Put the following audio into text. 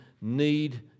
need